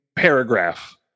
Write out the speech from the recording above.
paragraph